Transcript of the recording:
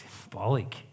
symbolic